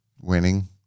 winning